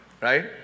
right